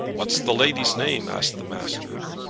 what's the lady's name? asked the master.